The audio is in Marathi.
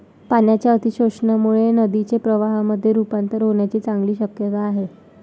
पाण्याच्या अतिशोषणामुळे नदीचे प्रवाहामध्ये रुपांतर होण्याची चांगली शक्यता आहे